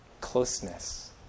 closeness